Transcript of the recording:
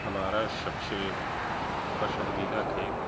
हमारा सबसे पसंदीदा खेल